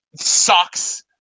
sucks